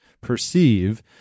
perceive